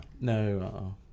No